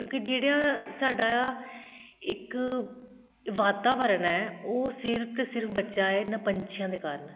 ਕਿਉਂਕਿ ਜਿਹੜਾ ਸਾਡਾ ਆ ਇੱਕ ਵਾਤਾਵਰਨ ਹੈ ਉਹ ਸਿਰਫ਼ ਅਤੇ ਸਿਰਫ਼ ਬਚਿਆ ਹੈ ਇਹਨਾਂ ਪੰਛੀਆਂ ਦੇ ਕਾਰਨ